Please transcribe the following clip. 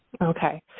okay